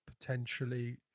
potentially